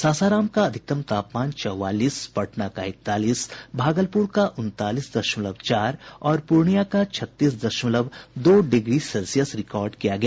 सासाराम का अधिकतम तापमान चौवालीस पटना का इकतालीस भागलपुर का उनतालीस दशमलव चार और पूर्णिया का छत्तीस दशमलव दो डिग्री सेल्सियस रिकॉर्ड किया गया